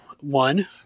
one